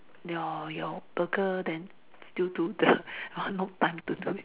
your your burger then still do the got no time to do it